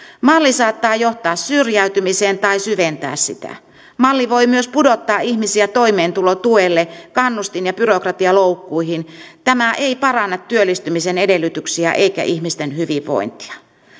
malli saattaa johtaa syrjäytymiseen tai syventää sitä malli voi myös pudottaa ihmisiä toimeentulotuelle kannustin ja byrokratialoukkuihin tämä ei paranna työllistymisen edellytyksiä eikä ihmisten hyvinvointia